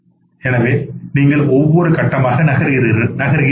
எனவே நீங்கள் ஒவ்வொருகட்டமாக நகர்கிறீர்கள்